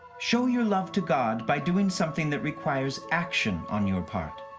show your love to god by doing something that requires action on your part.